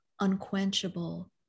Unquenchable